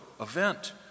event